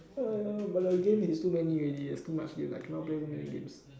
but the game is too many already there's too much games I cannot play so many games